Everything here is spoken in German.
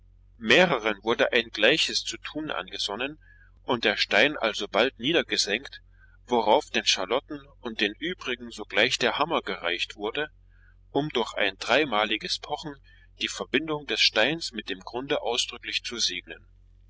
mehreren wurde ein gleiches zu tun angesonnen und der stein alsobald niedergesenkt worauf denn charlotten und den übrigen sogleich der hammer gereicht wurde um durch ein dreimaliges pochen die verbindung des steins mit dem grunde ausdrücklich zu segnen